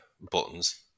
buttons